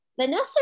Vanessa